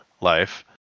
life